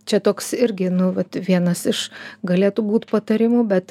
čia toks irgi nu vat vienas iš galėtų būt patarimų bet